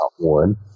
one